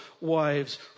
wives